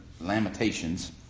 Lamentations